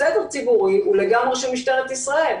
סדר ציבורי הוא לגמרי של משטרת ישראל.